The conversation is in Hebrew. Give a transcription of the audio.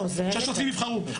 השוטרים יבחרו.